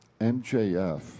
MJF